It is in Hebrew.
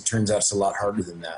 אבל מסתבר שזה הרבה יותר קשה מכך.